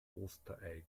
osterei